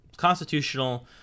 constitutional